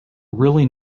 really